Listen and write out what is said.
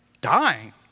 Dying